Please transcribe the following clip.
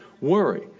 worry